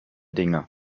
dinge